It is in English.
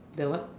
the what